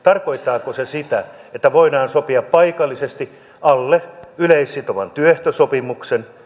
tarkoittaako se sitä että voidaan sopia paikallisesti alle yleissitovan työehtosopimuksen